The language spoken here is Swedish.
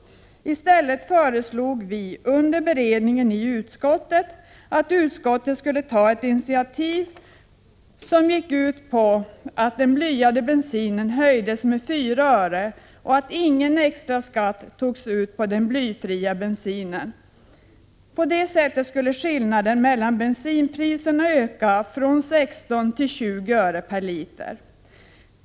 I stället föreslog vi under beredningen i utskottet att utskottet skulle ta ett initiativ som gick ut på att skatten på blyad bensin höjdes med 4 öre och ingen extra skatt togs ut på den blyfria bensinen. På det sättet skulle skillnaden mellan bensinpriserna öka från 16 till 20 öre per liter.